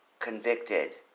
convicted